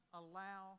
allow